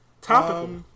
topical